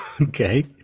Okay